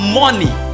money